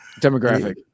demographic